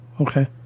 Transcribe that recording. Okay